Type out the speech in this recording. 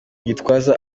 gitwaza